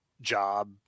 job